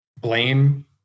blame